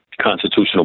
constitutional